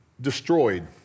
destroyed